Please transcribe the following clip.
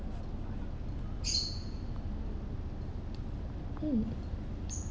mm